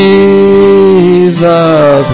Jesus